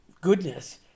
goodness